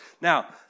Now